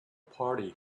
party